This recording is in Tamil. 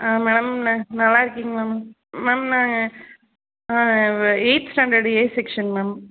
ஆ மேடம் நா நல்லாயிருக்கீங்களா மேம் மேம் நாங்கள் eighth standard A section ma'am